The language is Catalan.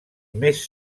més